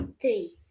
Three